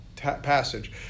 passage